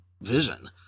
vision